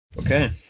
Okay